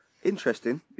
Interesting